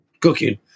cooking